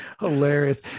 hilarious